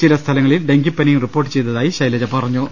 ചില സ്ഥലങ്ങളിൽ ഡെങ്കിപ്പനിയും റിപ്പോർട്ട് ചെയ്തതായി ശൈലജ അറിയിച്ചു